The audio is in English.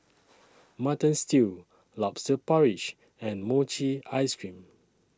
Mutton Stew Lobster Porridge and Mochi Ice Cream